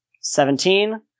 Seventeen